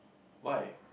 why